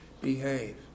behave